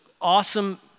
awesome